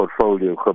Portfolio